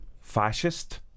fascist